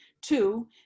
two